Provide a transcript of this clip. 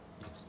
Yes